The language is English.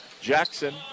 Jackson